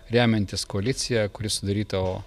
remiantys koaliciją kuri sudaryta o